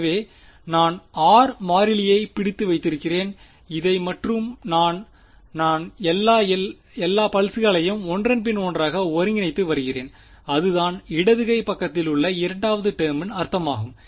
எனவே நான் r மாறிலியைப் பிடித்து வைத்திருக்கிறேன் இதை மற்றும் இதை நான் எல்லா பல்ஸ்களையும் ஒன்றன் பின் ஒன்றாக ஒருங்கிணைத்து வருகிறேன் அதுதான் இடது கை பக்கத்தில் உள்ள இரண்டாவது டெர்மின் அர்த்தமாகும்